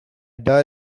die